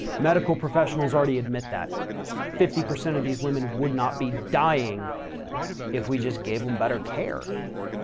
medical professionals already admit that fifty percent of these women would not be dying if we just gave them better care.